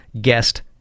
guest